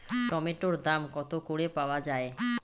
টমেটোর দাম কত করে পাওয়া যায়?